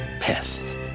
pissed